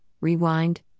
rewind